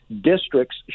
districts